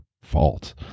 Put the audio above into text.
fault